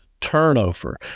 turnover